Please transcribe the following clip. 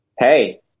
Hey